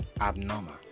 abnormal